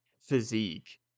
physique